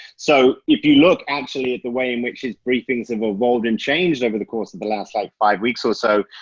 so if you look actually at the way in which his briefings have evolved and changed over the course of the last like five weeks or so,